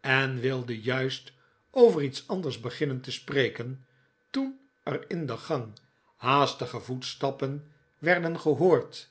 en wilde juist over iets anders beginnen te spreken toen er in de gang haastige voetstappen werden gehoord